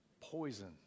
Poison